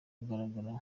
kugaragara